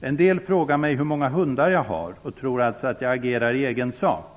En del frågar mig hur många hundar jag har - de tror alltså att jag agerar i egen sak.